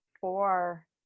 four